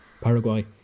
Paraguay